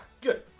good